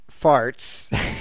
farts